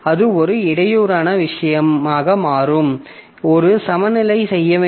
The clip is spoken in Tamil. அது ஒரு இடையூறான விஷயமாக மாறும் ஒரு சமநிலை செய்ய வேண்டும்